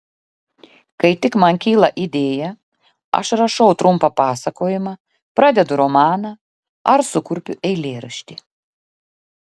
kai tik man kyla idėja aš rašau trumpą pasakojimą pradedu romaną ar sukurpiu eilėraštį